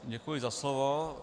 Děkuji za slovo.